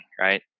right